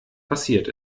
passiert